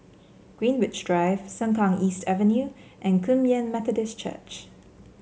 Greenwich Drive Sengkang East Avenue and Kum Yan Methodist Church